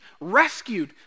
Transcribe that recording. rescued